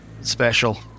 special